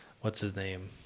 what's-his-name